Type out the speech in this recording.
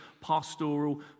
pastoral